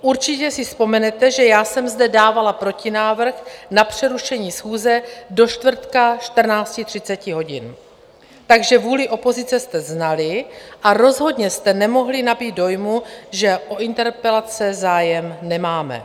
Určitě si vzpomenete, že jsem zde dávala protinávrh na přerušení schůze do čtvrtka 14.30 hodin, takže vůli opozice jste znali a rozhodně jste nemohli nabýt dojmu, že o interpelace zájem nemáme.